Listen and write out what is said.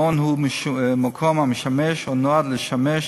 מעון הוא מקום המשמש או נועד לשמש,